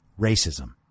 racism